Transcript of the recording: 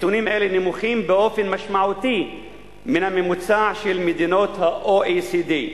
נתונים אלה נמוכים באופן משמעותי מהממוצע של מדינות ה-OECD.